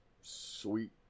sweet